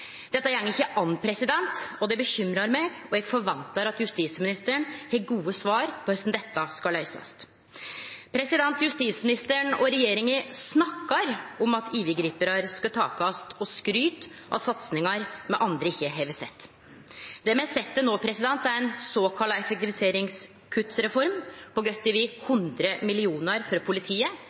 Dette går ikkje an. Det bekymrar meg, og eg forventar at justisministeren har gode svar på korleis dette skal løysast. Justisministeren og regjeringa snakkar om at overgriparar skal takast, og skryt av satsingar me andre ikkje har sett. Det me har sett til no, er ein såkalla effektiviseringskuttreform for politiet på godt over 100